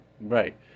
Right